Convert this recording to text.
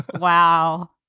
Wow